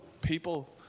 people